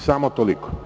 Samo toliko.